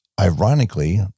Ironically